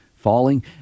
falling